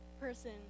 person